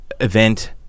event